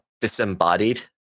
disembodied